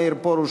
מאיר פרוש,